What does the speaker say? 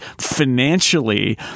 financially